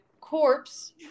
corpse